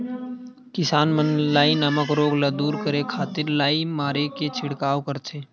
किसान मन लाई नामक रोग ल दूर करे खातिर लाई मारे के छिड़काव करथे